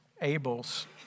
Abel's